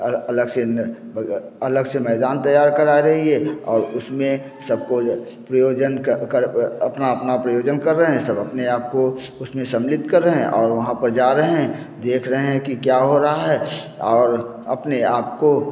अलग से अलग से मैदान तैयार करा रही है और उसमें सबको यह प्रयोजन कर कर अपना अपना प्रयोजन कर रहे हैं सब अपने आपको उसमें सम्मिलित कर रहे हैं और वहाँ पर जा रहे हैं देख रहे हैं कि क्या हो रहा है और अपने आप को